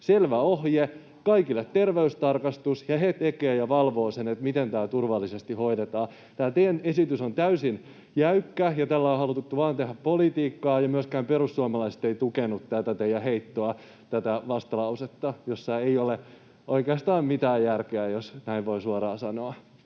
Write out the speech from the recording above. selvä ohje: kaikille terveystarkastus. Ja he tekevät ja valvovat sen, miten tämä turvallisesti hoidetaan. Tämä teidän esityksenne on täysin jäykkä, ja tällä on haluttu vain tehdä politiikkaa. Myöskään perussuomalaiset eivät tukeneet tätä teidän heittoanne, tätä vastalausetta, jossa ei ole oikeastaan mitään järkeä, jos näin voi suoraan sanoa.